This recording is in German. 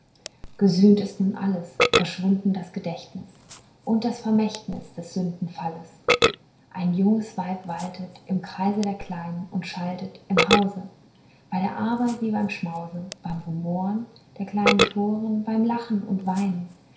gesühnt ist nun alles verschwunden das gedächtnis und das vermächtnis des sündenfalles ein junges weib waltet im kreise der kleinen und schaltet im hause bei der arbeit wie beim schmause beim rumoren der kleinen toren bei lachen und weinen